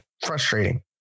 frustrating